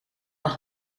nog